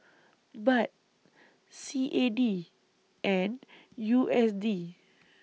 Baht C A D and U S D